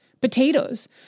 potatoes